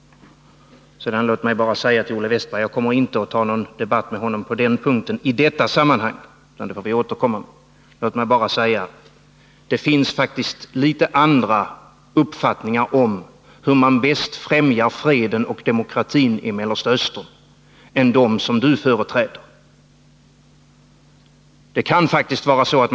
Låt mig sedan säga till Olle Wästberg att jag inte kommer att ta upp någon debatt med honom på den andra punkten i detta sammanhang, utan detta får vi återkomma om. Låt mig bara säga att det faktiskt finns litet andra uppfattningar om hur man bäst främjar freden och demokratin i Mellersta Östern än den uppfattning som han ger uttryck åt.